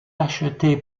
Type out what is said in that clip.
acheté